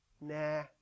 nah